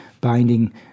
binding